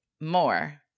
More